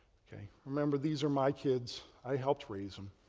ok. remember, these are my kids. i helped raise them,